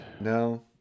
No